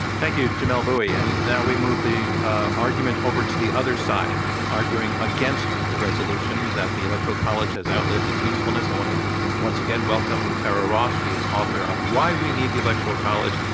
thank you, jamelle bouie, and now we move the argument over to the other side. arguing against the resolution that the electoral college has outlived its usefulness. i want to once again welcome tara ross. she is author of why we need the electoral college.